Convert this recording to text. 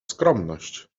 skromność